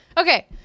Okay